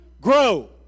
Grow